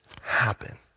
happen